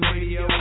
Radio